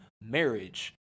marriage